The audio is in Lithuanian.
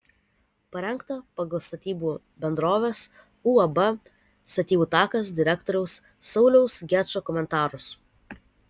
parengta pagal statybų bendrovės uab statybų takas direktoriaus sauliaus gečo komentarus